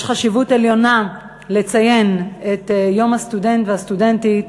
יש חשיבות עליונה לציין את יום הסטודנט והסטודנטית,